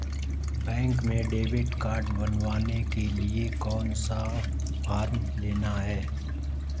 Bank में debit card बनवाने के लिए कौन सा फॉर्म लेना है?